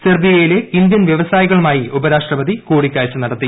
സെർബിയയിലെ Indian വൃവസായികളുമായി ഉപരാഷ്ട്രപതി കൂടിക്കാഴ്ച നടത്തി